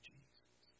Jesus